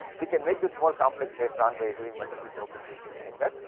we can make this more complex later on by doing multiple tokens in things like that,